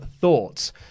Thoughts